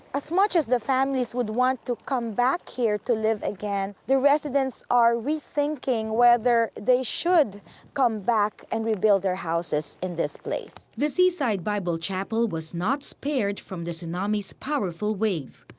as much as the families would want to come back here to live again, the residents are rethinking whether they should come back and rebuild their houses in this place. the seaside bible chapel was not spared from the tsunamiis powerful wave.